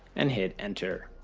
and hit enter.